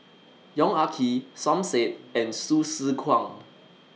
Yong Ah Kee Som Said and Hsu Tse Kwang